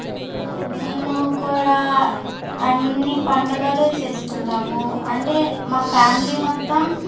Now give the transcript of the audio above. ఇప్పుడు మేమూ కూడా అన్ని పండుగలు చేసుకుంటాము అంటే మా ఫ్యామిలీ మొత్తం